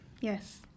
yes